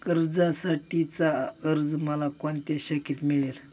कर्जासाठीचा अर्ज मला कोणत्या शाखेत मिळेल?